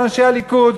לאנשי הליכוד,